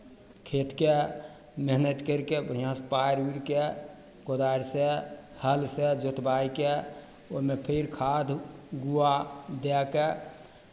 खेतके मेहनत करि कऽ बढ़िआँसँ पारि उरि कऽ कोदारिसँ हलसँ जोतवाय कऽ ओहिमे फेर खाद गुआ दए कऽ